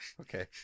Okay